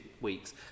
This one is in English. weeks